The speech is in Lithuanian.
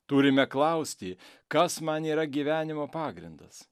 turime klausti kas man yra gyvenimo pagrindas